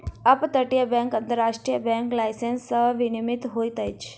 up तटीय bank अन्तर्राष्ट्रीय bank licence सॅ विनियमित होइत अछि